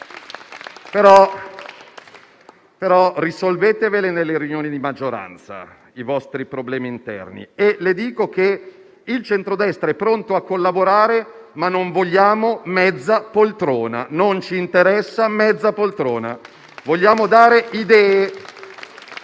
Però risolveteveli nelle riunioni di maggioranza i vostri problemi interni. Le dico anche che il centrodestra è pronto a collaborare, ma non vogliamo e non ci interessa mezza poltrona. Vogliamo dare idee.